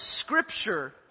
Scripture